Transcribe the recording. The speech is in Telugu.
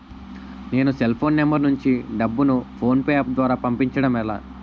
నేను సెల్ ఫోన్ నంబర్ నుంచి డబ్బును ను ఫోన్పే అప్ ద్వారా పంపించడం ఎలా?